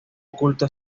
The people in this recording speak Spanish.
oculto